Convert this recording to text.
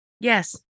Yes